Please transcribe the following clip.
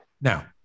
now